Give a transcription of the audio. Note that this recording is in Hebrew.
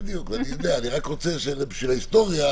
סעדי שתטרוף את כל הקלפים.